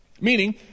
Meaning